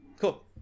cool